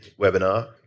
webinar